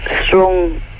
strong